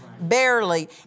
barely